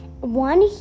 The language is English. one